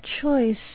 choice